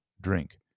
Drink